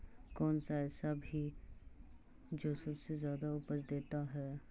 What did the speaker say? कौन सा ऐसा भी जो सबसे ज्यादा उपज देता है?